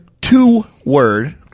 two-word